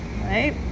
right